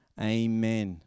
Amen